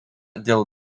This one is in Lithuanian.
dėl